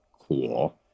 cool